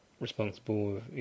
responsible